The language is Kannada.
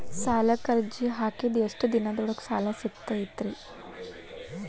ಸಾಲಕ್ಕ ಅರ್ಜಿ ಹಾಕಿದ್ ಎಷ್ಟ ದಿನದೊಳಗ ಸಾಲ ಸಿಗತೈತ್ರಿ?